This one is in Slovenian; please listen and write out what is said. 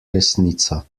resnica